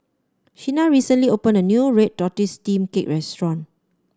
Shena recently opened a new Red Tortoise Steamed Cake restaurant